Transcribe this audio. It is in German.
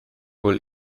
wohl